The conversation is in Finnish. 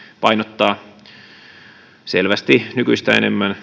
painottaa vielä selvästi nykyistä enemmän